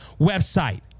website